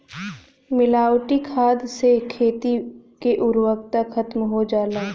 मिलावटी खाद से खेती के उर्वरता खतम हो जाला